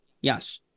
yes